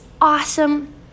awesome